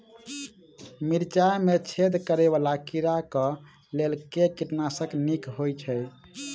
मिर्चाय मे छेद करै वला कीड़ा कऽ लेल केँ कीटनाशक नीक होइ छै?